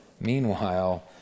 meanwhile